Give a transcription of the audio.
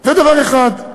זה דבר אחד.